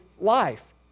life